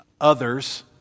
others